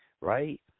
right